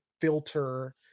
filter